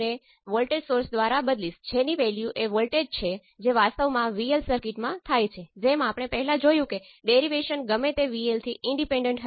y parameter ના કિસ્સામાં આપણી પાસે I1 I2 y11 y12 y21 y22 V1 અને V2 હતા